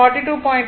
8 10